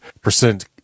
percent